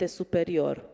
superior